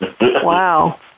wow